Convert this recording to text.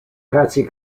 patsy